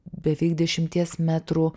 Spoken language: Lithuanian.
beveik dešimties metrų